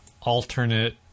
alternate